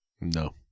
No